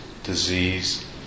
Disease